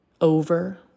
over